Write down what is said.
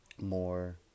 more